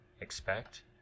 expect